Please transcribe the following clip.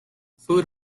food